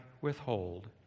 withhold